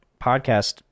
podcast